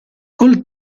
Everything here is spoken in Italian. col